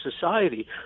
society